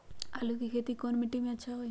आलु के खेती कौन मिट्टी में अच्छा होइ?